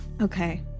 Okay